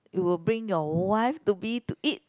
it will bring your wife to be to eat